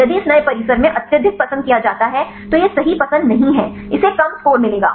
यदि इस नए परिसर में अत्यधिक पसंद किया जाता है तो यह सही पसंद नहीं है इसे कम स्कोर मिलेगा